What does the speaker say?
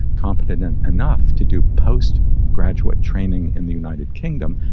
competent and enough to do post-graduate training in the united kingdom.